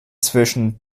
zwischen